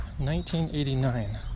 1989